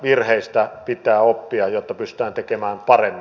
virheistä pitää oppia jotta pystytään tekemään paremmin